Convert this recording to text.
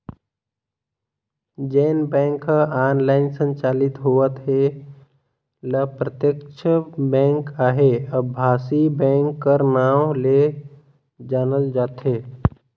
जेन बेंक ह ऑनलाईन संचालित होवत हे ल प्रत्यक्छ बेंक चहे अभासी बेंक कर नांव ले जानल जाथे